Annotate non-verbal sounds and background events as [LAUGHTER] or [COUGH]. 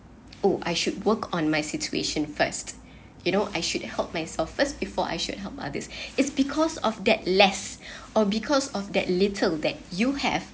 oh I should work on my situation first you know I should help myself first before I should help others [BREATH] it's because of that less [BREATH] or because of that little that you have